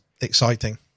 exciting